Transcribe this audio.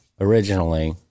originally